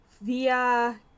Via